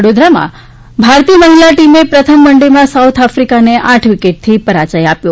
વડોદરામાં ભારતીય મહિલા ટીમે પ્રથમ વન ડેમાં સાઉથ આફિકાને આઠ વિકેટથી પરાજય આપ્યો